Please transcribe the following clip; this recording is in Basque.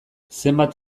zenbat